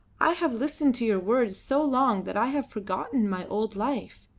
i have listened to your words so long that i have forgotten my old life.